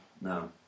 No